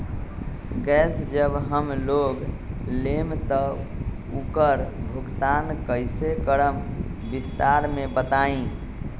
Gas जब हम लोग लेम त उकर भुगतान कइसे करम विस्तार मे बताई?